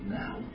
now